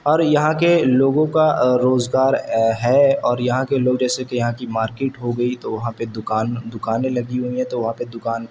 اور یہاں کے لوگوں کا روزگار ہے اور یہاں کے لوگ جیسے کہ یہاں کی مارکیٹ ہوگئی تو وہاں پہ دکان دکانیں لگی ہوئی ہیں تو وہاں پہ دوکان